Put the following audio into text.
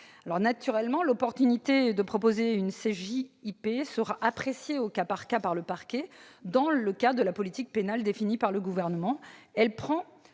d'euros. Naturellement, l'opportunité de proposer une CJIP sera appréciée au cas par cas par le parquet dans le cadre de la politique pénale définie par le Gouvernement.